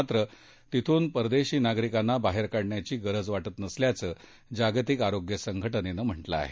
मात्र तिथून परदेशी नागरिकांना बाहेर काढण्याची गरज वाटत नसल्याचं जागतिक आरोग्य संघटनेनं म्हटलं आहे